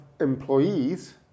employees